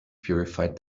purified